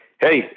Hey